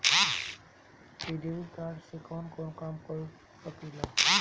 इ debit card से कवन कवन काम कर सकिला?